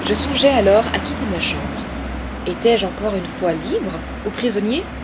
je songeai alors à quitter ma chambre étais-je encore une fois libre ou prisonnier